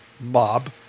mob